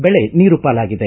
ಬೆಳೆ ನೀರು ಪಾಲಾಗಿದೆ